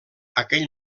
aquell